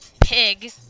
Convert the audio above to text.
pig